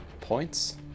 points